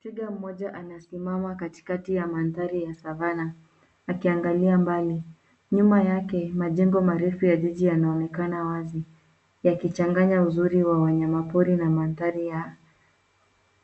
Twiga mmoja anasimama katikati ya mandhari ya Savana, akiangalia mbali. Nyuma yake majengo marefu ya jiji yanaonekana wazi yakichanganya uzuri wa wanyama pori na mandhari ya